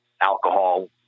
alcohol